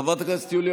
חברת הכנסת יוליה